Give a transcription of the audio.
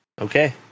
Okay